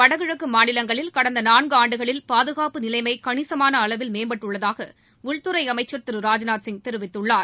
வடகிழக்கு மாநிலங்களில் கடந்த நாள்காண்டுகளில் பாதுகாப்பு நிலைமை கணிசமான அளவில் மேம்பட்டுள்ளதாக உள்துறை அமைச்சர் திரு ராஜ்நாத் சிங் தெரிவித்துள்ளார்